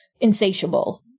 Insatiable